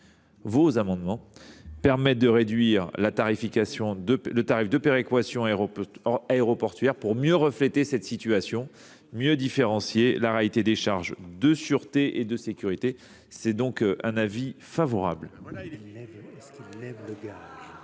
ces amendements permettrait de réduire le tarif de péréquation aéroportuaire pour mieux refléter cette situation, mieux différencier la réalité des charges de sûreté et de sécurité. Avis favorable.